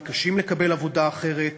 מתקשים לקבל עבודה אחרת.